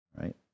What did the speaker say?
right